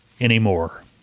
anymore